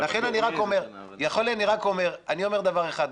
לכן אני רק אומר דבר אחד,